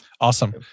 awesome